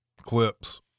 clips